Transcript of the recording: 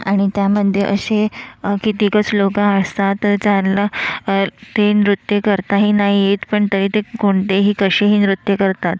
आणि त्यामध्ये असे कितीकच लोकं असतात ज्यांना ते नृत्य करताही नाही येत पण तरी ते कोणतेही कसेही नृत्य करतात